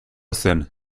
zen